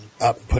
up